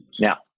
now